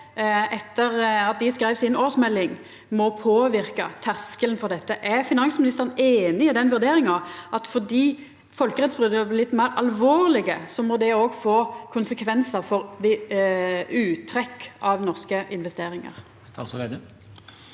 etter at dei skreiv årsmeldinga si, må påverka terskelen for dette. Er finansministeren einig i den vurderinga – at fordi folkerettsbrota har blitt meir alvorlege, må det òg få konsekvensar for uttrekk av norske investeringar? Statsråd